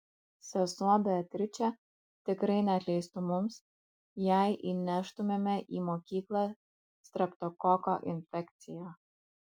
sesuo beatričė tikrai neatleistų mums jei įneštumėme į mokyklą streptokoko infekciją